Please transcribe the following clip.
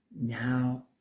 now